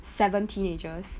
seven teenagers